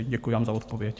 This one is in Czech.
Děkuji vám za odpověď.